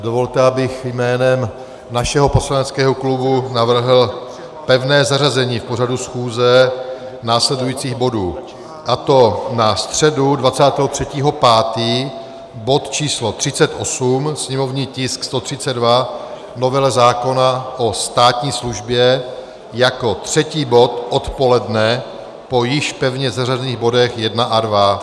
Dovolte, abych jménem našeho poslaneckého klubu navrhl pevné zařazení v pořadu schůze následujících bodů, a to na středu 23. 5. bod č. 38, sněmovní tisk 132, novela zákona o státní službě, jako třetí bod odpoledne po již pevně zařazených bodech 1 a 2.